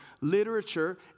Literature